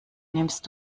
nimmst